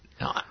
No